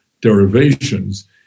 derivations